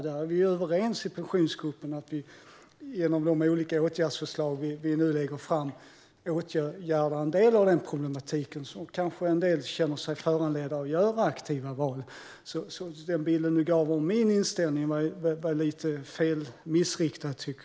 Vi är överens i Pensionsgruppen om att vi genom de olika åtgärdsförslag vi nu lägger fram ska komma till rätta med en del av denna problematik. Då kanske en del känner sig föranledda att göra aktiva val. Den bild du gav av min inställning var lite missvisande.